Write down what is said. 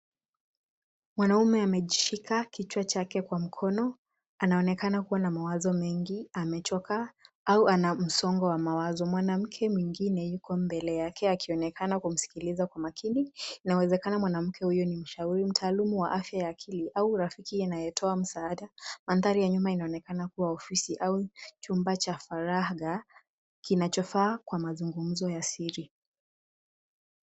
Mwanaume amejishika kichwa chake kwa mkono; anaonekana kuwa na mawazo mengi, amechoka au ana msongo wa mawazo. Mwanamke mwingine yuko mbele yake akionekana kumsikiliza kwa makini. Inawezekana mwanamke huyo ni mshauri, mtalaamu wa afya ya akili au rafiki anayetoa msaada. Mandhari ya nyuma inaonekana kuwa ofisi au chumba cha faraga, kinachofaa kwa mazungumzo ya siri.